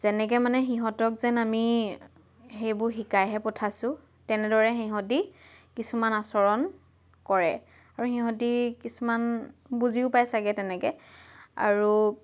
যেনেকৈ মানে সিহঁতক যেন আমি সেইবোৰ শিকাইহে পঠাইছোঁ তেনেদৰে সিহঁতে কিছুমান আচৰণ কৰে আৰু সিহঁতে কিছুমান বুজিও পায় চাগে তেনেকৈ আৰু